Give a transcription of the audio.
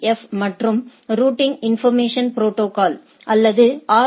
F மற்றும் routing information protocol அல்லது R